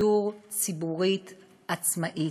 שידור ציבורית עצמאית.